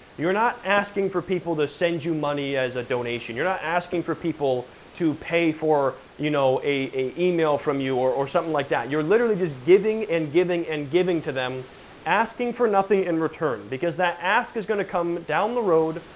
you're not asking for people to send you money as a donation, you're not asking for people to pay for you know a email from you, or or something like that. you're literally just giving and giving and giving to them asking for nothing in return, because that ask is gonna come, down the road,